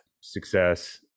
success